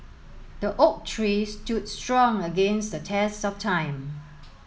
the oak tree stood strong against the test of time